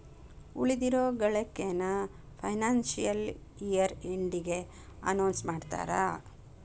ಉಳಿದಿರೋ ಗಳಿಕೆನ financial year ಎಂಡಿಗೆ ಅನೌನ್ಸ್ ಮಾಡ್ತಾರಾ